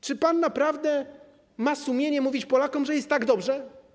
Czy pan naprawdę ma sumienie mówić Polakom, że jest tak dobrze?